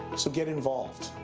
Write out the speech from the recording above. so get involved.